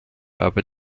aber